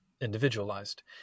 individualized